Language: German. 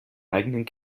eigenen